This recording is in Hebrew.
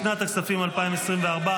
לשנת הכספים 2024,